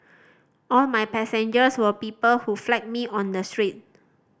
all my passengers were people who flagged me on the street